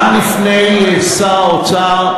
גם בפני שר האוצר.